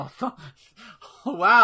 Wow